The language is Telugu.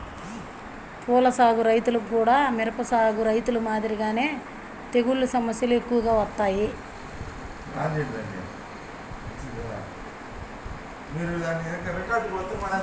పూల సాగు రైతులకు గూడా మిరప సాగు రైతులు మాదిరిగానే తెగుల్ల సమస్యలు ఎక్కువగా వత్తాయి